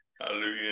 hallelujah